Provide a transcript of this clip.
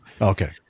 Okay